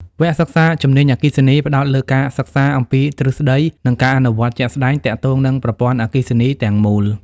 វគ្គសិក្សាជំនាញអគ្គិសនីផ្តោតលើការសិក្សាអំពីទ្រឹស្តី និងការអនុវត្តជាក់ស្តែងទាក់ទងនឹងប្រព័ន្ធអគ្គិសនីទាំងមូល។